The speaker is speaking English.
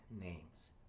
names